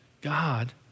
God